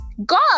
God